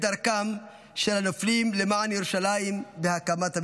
דרכם של הנופלים למען ירושלים והקמת המדינה.